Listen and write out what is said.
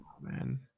man